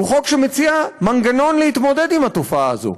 הוא חוק שמציע מנגנון להתמודד עם התופעה הזאת.